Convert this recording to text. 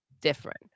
different